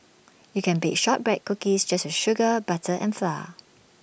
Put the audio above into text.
you can bake Shortbread Cookies just with sugar butter and flour